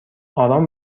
آرام